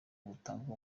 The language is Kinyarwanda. butanga